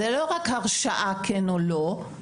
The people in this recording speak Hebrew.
זאת לא רק הרשעה כן או לא,